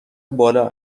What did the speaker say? بالا